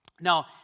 Now